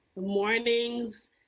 mornings